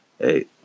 Hey